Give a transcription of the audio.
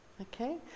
Okay